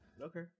Okay